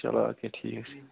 چلو ادٕ کیاہ ٹھیٖک چھُ